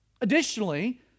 Additionally